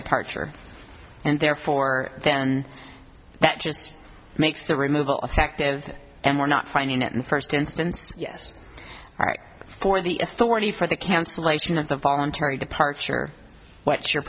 departure and therefore then that just makes the removal of collective and we're not finding it in the first instance yes for the authority for the cancellation of the voluntary departure what's your